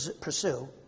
pursue